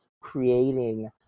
creating